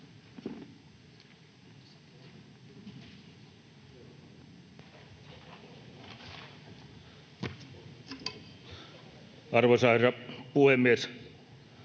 Arvoisa puhemies!